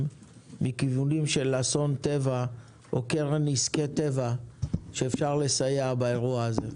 מכיוונים של אסון טבע או קרן נזקי טבע שאפשר לסייע באירוע הזה.